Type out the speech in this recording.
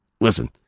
listen